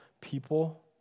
people